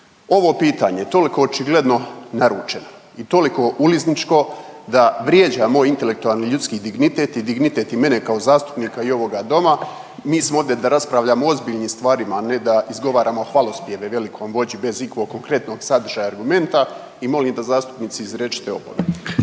Ovo pitanje je toliko očigledno naručeno i toliko ulizničko da vrijeđa moj intelektualni ljudski dignitet i dignitet i mene kao zastupnika i ovoga Doma, mi smo ovdje da raspravljamo o ozbiljnim stvarima, a ne da izgovaramo hvalospjeve velikom vođi bez ikakvog konkretnog sadržaja i argumenta i molim da zastupnici izrečete opomenu.